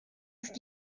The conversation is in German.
ist